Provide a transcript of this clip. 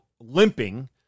limping